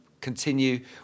continue